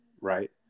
Right